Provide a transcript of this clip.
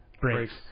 brakes